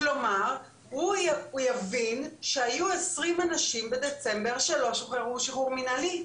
כלומר הוא יבין שהיו 20 אנשים בדצמבר שלא שוחררו שחרור מנהלי,